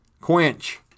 quench